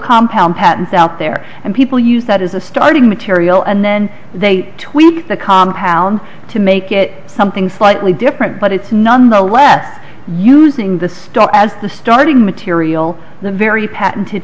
compound patents out there and people use that as a starting material and then they tweak the compound to make it something slightly different but it's none the less using the stock as the starting material the very patented